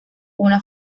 una